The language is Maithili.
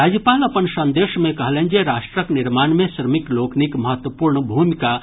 राज्यपाल अपन संदेश मे कहलनि जे राष्ट्रक निर्माण मे श्रमिक लोकनिक महत्वपूर्ण भूमिका रहैत अछि